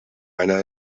einer